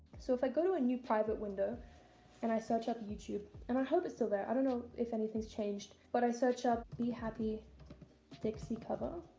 so if i go to a new private window and i search up youtube and i hope it's still there i don't know if anything's changed but i search up be happy dixie cover